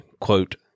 quote